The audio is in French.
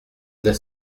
n’est